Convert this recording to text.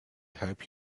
hope